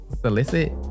solicit